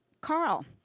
Carl